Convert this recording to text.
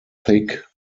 thick